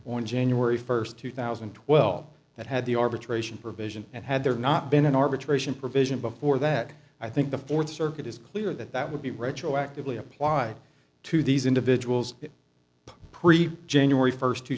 on january first two thousand and twelve that had the arbitration provision and had there not been an arbitration provision before that i think the fourth circuit is clear that that would be retroactively applied to these individuals pre january first two